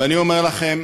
ואני אומר לכם: